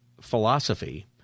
philosophy